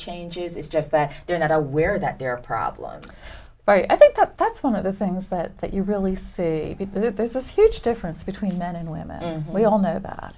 changes it's just that they're not aware that there are problems but i think that that's one of the things that that you really see people that there's this huge difference between men and women we all know about